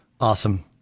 Awesome